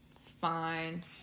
Fine